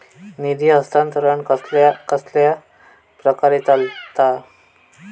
निधी हस्तांतरण कसल्या कसल्या प्रकारे चलता?